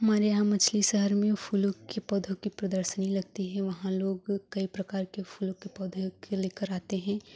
हमारे यहाँ मछली शहर में फूलों की पौधों की प्रदर्शनी लगती है वहाँ लोग कई प्रकार के फूलों के पौधे के लेकर आते हैं